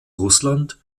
russland